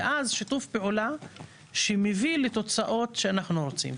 ואז יש שיתוף הפעולה שמביא לתוצאות שאנחנו רוצים.